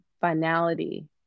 finality